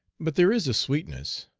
but there is a sweetness,